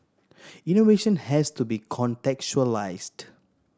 innovation has to be contextualised